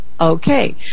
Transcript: okay